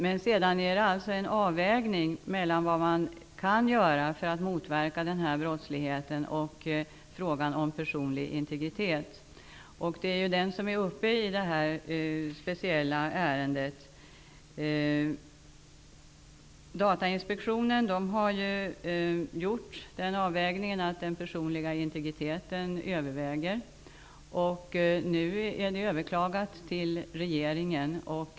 Men sedan gäller det en avvägning mellan vad som kan göras för att motverka den här brottsligheten och frågan om den personliga integriteten. Det är ju den frågan som är uppe i det här speciella ärendet. Datainspektionen har gjort avvägningen att den personliga integriteten överväger. Nu har man överklagat till regeringen.